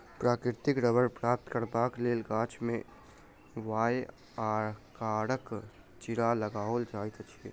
प्राकृतिक रबड़ प्राप्त करबाक लेल गाछ मे वाए आकारक चिड़ा लगाओल जाइत अछि